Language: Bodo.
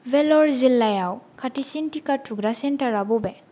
वेलर जिल्लायाव खाथिसिन टिका थुग्रा सेन्टारा बबे